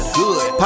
good